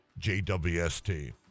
JWST